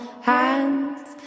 hands